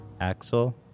Axel